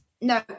No